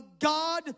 God